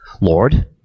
Lord